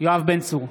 יואב בן צור,